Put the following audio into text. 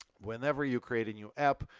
whenever you create a new app,